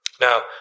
now